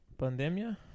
Pandemia